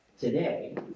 today